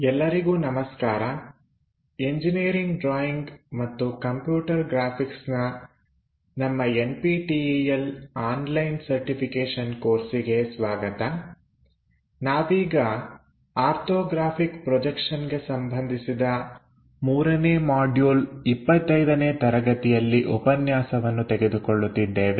ಎಲ್ಲರಿಗೂ ನಮಸ್ಕಾರ engineering drawing ಮತ್ತು ಕಂಪ್ಯೂಟರ್ ಗ್ರಾಫಿಕ್ಸ್ನ ನಮ್ಮ N P T L online certification ಕೋರ್ಸಿಗೆ ಸ್ವಾಗತ ನಾವೀಗ ಆರ್ಥೋಗ್ರಾಫಿಕ್ ಪ್ರೊಜೆಕ್ಷನ್ಗೆ ಸಂಬಂಧಿಸಿದ 3ನೇ ಮಾಡ್ಯೂಲ್ 25 ನೇ ತರಗತಿಯಲ್ಲಿ ಉಪನ್ಯಾಸವನ್ನು ತೆಗೆದುಕೊಳ್ಳುತ್ತಿದ್ದೇವೆ